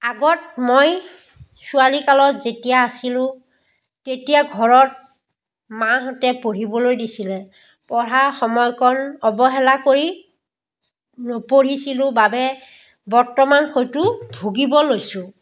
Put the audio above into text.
আগত মই ছোৱালীকালত যেতিয়া আছিলোঁ তেতিয়া ঘৰত মাহঁতে পঢ়িবলৈ দিছিল পঢ়া সময়কণ অৱহেলা কৰি নপঢ়িছিলোঁ বাবে বৰ্তমান সেইটো ভুগিব লৈছোঁ